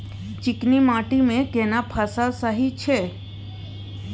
चिकनी माटी मे केना फसल सही छै?